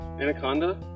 Anaconda